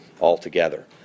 altogether